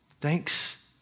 thanks